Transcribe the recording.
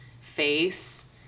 face